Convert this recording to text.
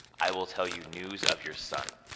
i will tell you news of your son.